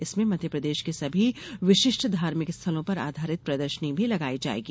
इसमें मध्यप्रदेश के सभी विशिष्ट धार्मिक स्थलों पर आधारित प्रदर्शनी भी लगाई जाएगी